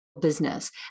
business